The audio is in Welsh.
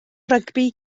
rygbi